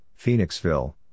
Phoenixville